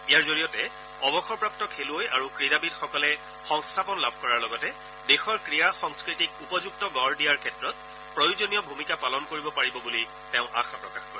ইয়াৰ জৰিয়তে অৱসৰপ্ৰাপ্ত খেলুৱৈ আৰু ক্ৰীড়াবিদসকলে সংস্থাপন লাভ কৰাৰ লগতে দেশৰ ক্ৰীড়া সংস্কৃতিক উপযুক্ত গড় দিয়াৰ ক্ষেত্ৰত প্ৰয়োজনীয় ভূমিকা পালন কৰিব পাৰিব বুলি তেওঁ আশা প্ৰকাশ কৰে